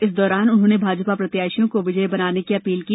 इस दौरान उन्होंने भाजपा प्रत्याशियों को विजयी बनाने की अपील की